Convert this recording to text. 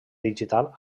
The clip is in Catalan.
digital